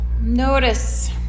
notice